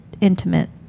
intimate